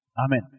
Amen